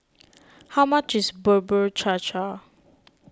how much is Bubur Cha Cha